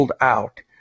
out